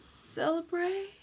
celebrate